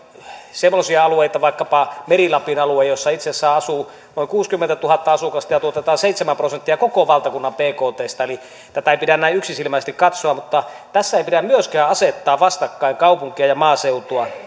semmoisia alueita vaikkapa meri lapin alue missä itse asiassa asuu noin kuusikymmentätuhatta asukasta ja tuotetaan seitsemän prosenttia koko valtakunnan bktstä eli tätä ei pidä näin yksisilmäisesti katsoa mutta tässä ei pidä myöskään asettaa vastakkain kaupunkeja ja maaseutua